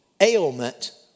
ailment